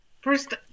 First